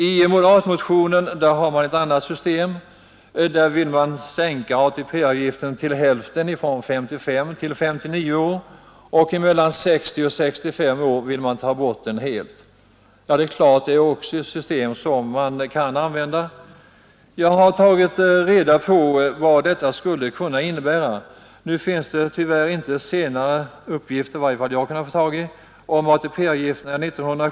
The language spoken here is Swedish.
I moderatmotionen föreslås ett annat system; man vill sänka ATP-avgiften vid 55—59 år och mellan 60 och 65 år vill man ta bort den helt. Det är naturligtvis också ett system som kan kan användas. Jag har tagit reda på vad det skulle innebära. Det finns inte senare uppgifter om ATP-avgifterna än från 1970 — i varje fall har inte jag kunnat få tag på några.